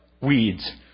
weeds